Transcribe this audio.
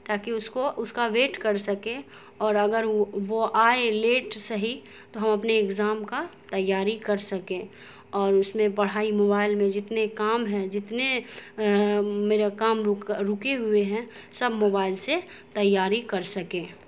تاکہ اس کو اس کا ویٹ کر سکیں اور اگر وہ وہ آئے لیٹ سہی تو ہم اپنے ایگزام کا تیاری کر سکیں اور اس میں پڑھائی موبائل میں جتنے کام ہیں جتنے میرا کام رکے ہوئے ہیں سب موبائل سے تیاری کر سکیں